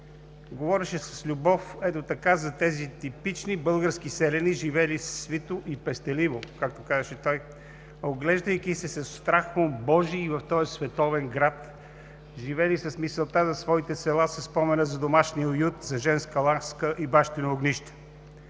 говореше с любов – ето така, за тези типични български селяни, „живели свито и пестеливо“, както казваше той, „оглеждайки се със страх божий в този световен град, живели с мисълта за своите села, със спомена за домашния уют, за женска ласка и бащино огнище.